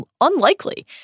unlikely